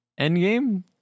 Endgame